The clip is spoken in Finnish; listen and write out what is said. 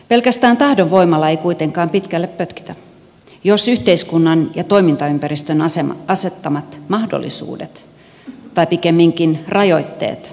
pelkästään tahdonvoimalla ei kuitenkaan pitkälle pötkitä jos yhteiskunnan ja toimintaympäristön asettamat mahdollisuudet tai pikemminkin rajoitteet potkivat päähän